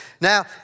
Now